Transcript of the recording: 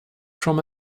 from